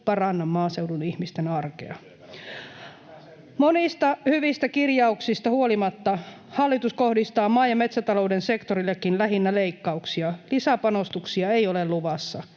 Laakson välihuuto] Monista hyvistä kirjauksista huolimatta hallitus kohdistaa maa- ja metsätalouden sektorillekin lähinnä leikkauksia. Lisäpanostuksia ei ole luvassa.